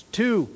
two